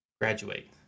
Graduate